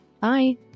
Bye